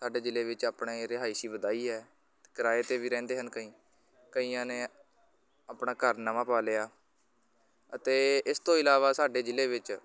ਸਾਡੇ ਜ਼ਿਲ੍ਹੇ ਵਿੱਚ ਆਪਣੇ ਰਿਹਾਇਸ਼ੀ ਵਧਾਈ ਹੈ ਕਿਰਾਏ 'ਤੇ ਵੀ ਰਹਿੰਦੇ ਹਨ ਕਈ ਕਈਆਂ ਨੇ ਆਪਣਾ ਘਰ ਨਵਾਂ ਪਾ ਲਿਆ ਅਤੇ ਇਸ ਤੋਂ ਇਲਾਵਾ ਸਾਡੇ ਜ਼ਿਲ੍ਹੇ ਵਿੱਚ